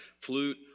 flute